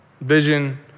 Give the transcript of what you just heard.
Vision